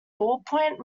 ballpoint